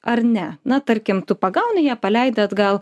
ar ne na tarkim tu pagauni ją paleidi atgal